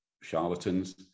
charlatans